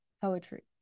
poetry